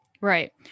Right